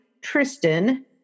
Tristan